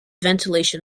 ventilation